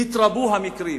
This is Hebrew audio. התרבו המקרים,